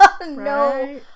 No